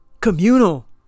communal